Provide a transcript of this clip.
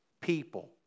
people